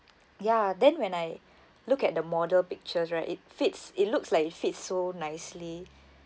ya then when I look at the model pictures right it fits it looks like it fits so nicely